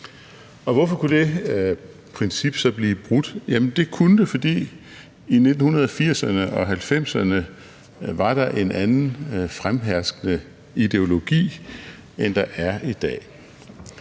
Hvorfor kunne det princip så blive brudt? Jamen det kunne det, fordi der i 1980'erne og 1990'erne var en anden fremherskende ideologi, end der er i dag,